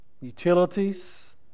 utilities